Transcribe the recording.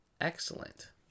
Excellent